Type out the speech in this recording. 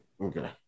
okay